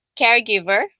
caregiver